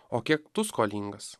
o kiek tu skolingas